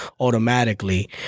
automatically